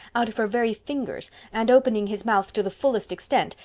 out of her very fingers and, opening his mouth to the fullest extent,